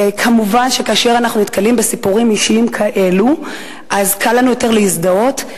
כמובן שכאשר אנחנו נתקלים בסיפורים אישיים כאלו קל לנו יותר להזדהות,